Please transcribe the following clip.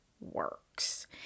works